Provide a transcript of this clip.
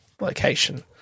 location